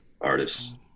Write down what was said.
artists